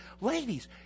ladies